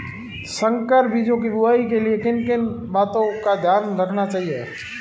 संकर बीजों की बुआई के लिए किन किन बातों का ध्यान रखना चाहिए?